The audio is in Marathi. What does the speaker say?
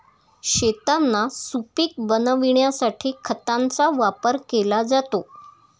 शेतांना सुपीक बनविण्यासाठी खतांचा वापर केला जातो